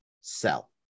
sell